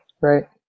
Right